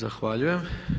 Zahvaljujem.